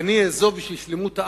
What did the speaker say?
ואני אעזוב בשביל שלמות העם,